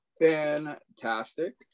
fantastic